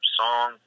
song